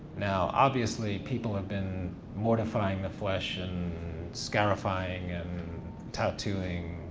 now, obviously people have been mortifying the flesh and scarifying and tattooing,